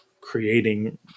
creating